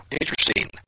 interesting